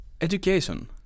education